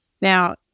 Now